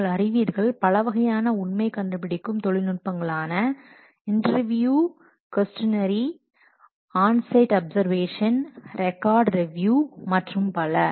நீங்கள் அறிவீர்கள் பலவகையான உண்மை கண்டு பிடிக்கும் தொழில்நுட்பங்களான interview questionnaire onsite observation record review மற்றும் பல